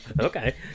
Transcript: okay